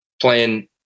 playing